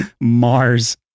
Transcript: Mars